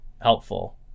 helpful